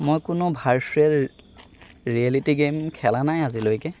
মই কোনো virtual reality game খেলা নাই আজিলৈকে